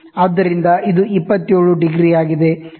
ಆದ್ದರಿಂದ ಇದು 27° ಆಗಿದೆ